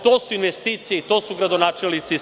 To su investicije i to su gradonačelnici SNS-a.